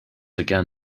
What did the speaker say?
again